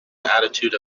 attitude